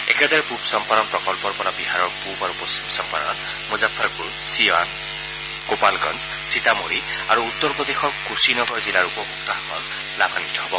একেদৰে পুব চাম্পৰণ প্ৰকল্পৰ পৰা বিহাৰৰ পুব আৰু পশ্চিম চম্পাৰণ মুজাফৰপুৰ চিৱান গোপালগঞ্জ সীতামঢ়ি আৰু উত্তৰ প্ৰদেশৰ কুশি নগৰ জিলাৰ উপভোক্তাসকল লাভান্বিত হ'ব